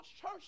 church